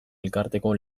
elkarteko